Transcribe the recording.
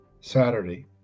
Saturday